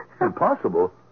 Impossible